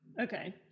Okay